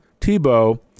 Tebow